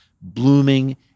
blooming